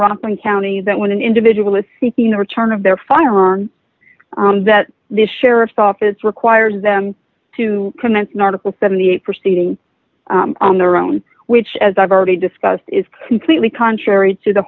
rockland county that when an individual is seeking the return of their firearm that the sheriff's office requires them to commence an article seventy eight proceeding on their own which as i've already discussed is completely contrary to the